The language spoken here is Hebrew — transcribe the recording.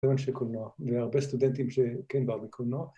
‫הרבה סטודנטים שבאים לקולנוע, ‫והרבה סטודנטים שבאים לקולנוע.